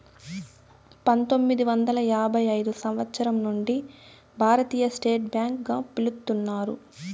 పంతొమ్మిది వందల యాభై ఐదు సంవచ్చరం నుండి భారతీయ స్టేట్ బ్యాంక్ గా పిలుత్తున్నారు